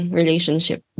relationship